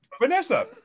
Vanessa